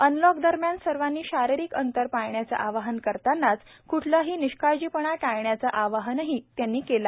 unlock दरम्यान सर्वानी शारीरिक अंतर पाळण्याचे आवाहन करतानाच क्ठलाही निष्काळजी पणा टाळण्याचे आवाहनही त्यांनी केलं